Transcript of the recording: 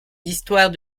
histoires